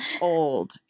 old